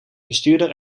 bestuurder